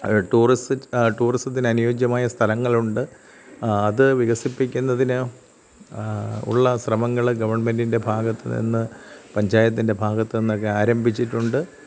tourist ടൂറിസത്തിന് അനുയോജ്യമായ സ്ഥലങ്ങളുണ്ട് അത് വികസിപ്പിക്കുന്നതിന് ഉള്ള ശ്രമങ്ങള് ഗവൺമെൻറ്റിൻ്റെ ഭാഗത്തുനിന്ന് പഞ്ചായത്തിൻ്റെ ഭാഗത്തുനിന്നൊക്കെ ആരംഭിച്ചിട്ടുണ്ട്